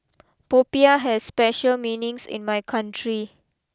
Popiah has special meanings in my country